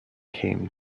came